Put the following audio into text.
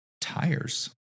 tires